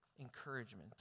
encouragement